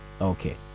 Okay